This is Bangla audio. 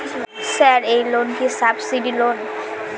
স্যার এই লোন কি সাবসিডি লোন?